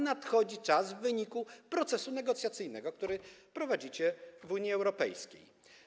Nadchodzi ten czas w wyniku procesu negocjacyjnego, który prowadzicie w Unii Europejskiej.